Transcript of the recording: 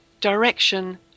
direction